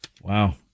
Wow